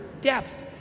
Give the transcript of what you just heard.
depth